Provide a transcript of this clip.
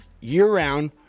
year-round